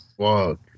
fuck